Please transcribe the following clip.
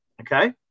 okay